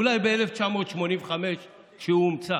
אולי ב-1985, כשהוא הומצא,